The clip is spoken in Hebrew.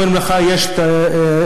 אומרים לך: יש המחוזית,